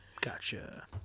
Gotcha